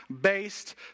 based